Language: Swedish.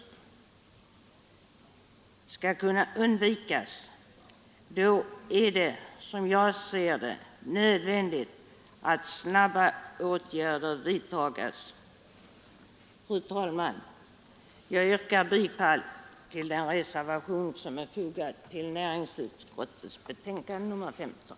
Fru talman! Skall detta kunna undvikas är det nödvändigt att snabba åtgärder vidtages. Jag yrkar bifall till den reservation som är fogad till näringsutskottets betänkande nr 15.